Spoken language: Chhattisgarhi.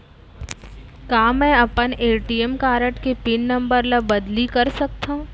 का मैं अपन ए.टी.एम कारड के पिन नम्बर ल बदली कर सकथव?